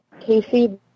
Casey